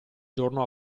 giorno